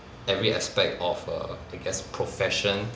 every aspect of err I guess profession